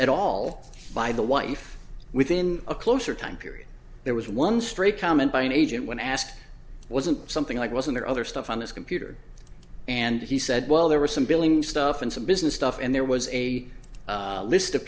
at all by the wife within a closer time period there was one stray comment by an agent when asked wasn't something like wasn't there other stuff on this computer and he said well there was some billing stuff and some business stuff and there was a list of